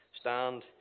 stand